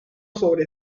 sobre